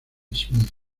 smith